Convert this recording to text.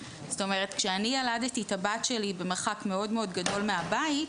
זאת אומרת: כשאני ילדתי את הבת שלי במרחק מאוד מאוד גדול מהבית,